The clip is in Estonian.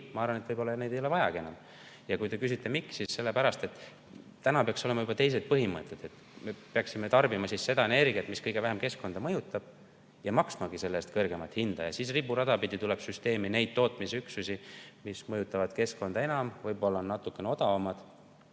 mõistlikuks või neid ei olekski enam vaja. Ja kui te küsite, miks, siis sellepärast, et täna peaks olema juba teised põhimõtted. Me peaksime tarbima energiat, mis kõige vähem keskkonda mõjutab, ja maksmagi selle eest kõrgemat hinda. Ja siis riburada pidi tuleks süsteemi neid tootmisüksusi, mis mõjutavad keskkonda enam, aga võib-olla on natukene odavamad.